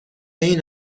این